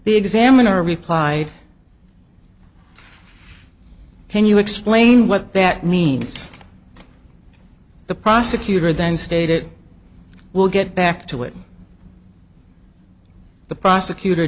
the examiner replied can you explain what that means the prosecutor then stated i will get back to it the prosecutor